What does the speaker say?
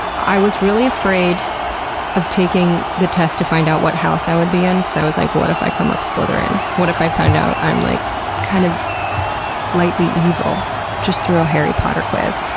i was really afraid of taking the test to find out what house i would be in because i was like, what if i come up slytherin? what if i find out i'm like kind of lightly evil just through a harry potter quiz?